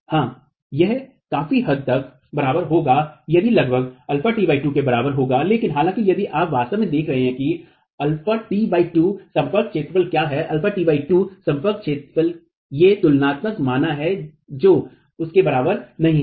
हां यह काफी हद तक बराबर होगा यह लगभग αt 2 के बराबर होगा लेकिन हालाँकि यदि आप वास्तव में देखते हैं कि αt 2 संपर्क क्षेत्रफल क्या है αt 2is संपर्क क्षेत्रफल ये तुलनात्मक मान हैं जो उनके बराबर नहीं हैं